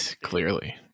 clearly